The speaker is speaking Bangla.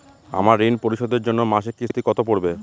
আমার ঋণ পরিশোধের জন্য মাসিক কিস্তি কত পড়বে?